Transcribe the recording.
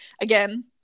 again